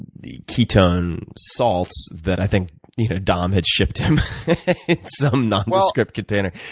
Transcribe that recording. the ketone salts that i think dom had shipped him in some nondescript container.